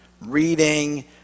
reading